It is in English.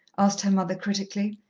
asked her mother critically.